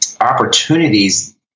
opportunities